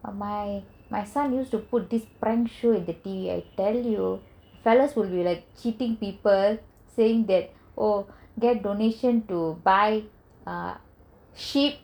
err my son used to put this prank show in the T_V I tell you ah fellows will be cheating people saying that oh get donations to buy ship